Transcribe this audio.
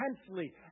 intensely